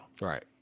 Right